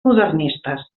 modernistes